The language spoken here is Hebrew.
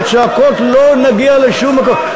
בצעקות לא נגיע לשום דבר.